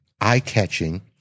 eye-catching